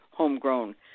homegrown